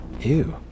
Ew